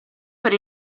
per